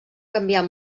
canviar